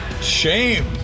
Shame